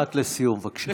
משפט לסיום, בבקשה.